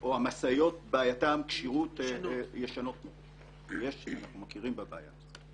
או שהמשאיות ישנות מאוד אנחנו מכירים בבעיה.